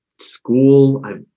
school